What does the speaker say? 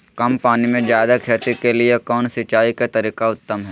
कम पानी में जयादे खेती के लिए कौन सिंचाई के तरीका उत्तम है?